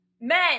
men